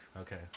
Okay